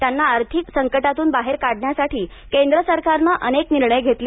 त्यांना आर्थिक संकटातून बाहेर काढण्यासाठी केंद्र सरकारनं अनेक निर्णय घेतले